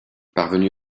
parvenus